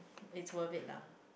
it's worth it lah